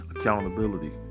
Accountability